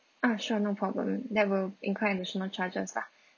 ah sure no problem that will incur additional charges lah